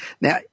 Now